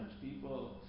People